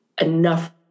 enough